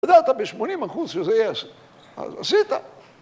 אתה יודע, אתה בשמונים אחוז שזה יש, אז עשית.